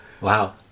Wow